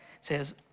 says